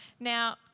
Now